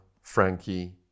Frankie